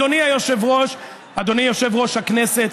אדוני יושב-ראש הכנסת,